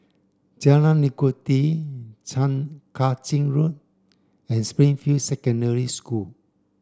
Jalan Legundi Kang Ching Road and Springfield Secondary School